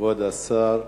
כבוד השר,